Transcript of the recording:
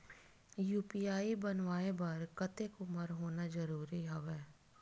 UPI बनवाय बर कतेक उमर होना जरूरी हवय?